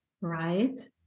right